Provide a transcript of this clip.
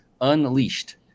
unleashed